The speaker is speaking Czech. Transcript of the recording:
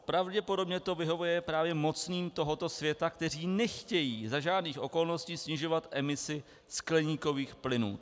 Pravděpodobně to vyhovuje právě mocným tohoto světa, kteří nechtějí za žádných okolností snižovat emisi skleníkových plynů.